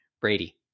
Brady